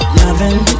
loving